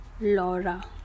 Laura